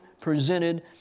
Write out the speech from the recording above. presented